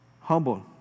humble